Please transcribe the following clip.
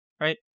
right